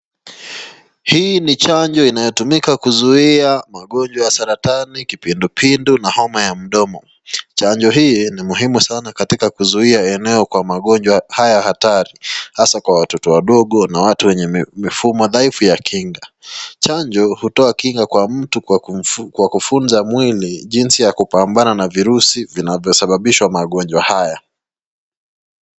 Hii ni chanjo inayotumika kuzuia magonjwa ya saratani, kipindupindu, na homa ya mdomo , chanjo hii ni muhimu sana katika eneo kwa magonjwa haya hatari, hasa kwa watoto wadogo wanao mifumo dhaifu ya kinga, chanjo hutoa kinga kwa mtu kwa kufunza mwili jisi ya kupambana na virusi vinavyosababisha magonjwa haya.